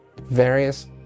Various